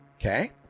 Okay